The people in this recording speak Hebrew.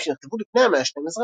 שנכתבו לפני המאה השתים-עשרה,